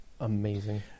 Amazing